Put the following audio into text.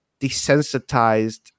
desensitized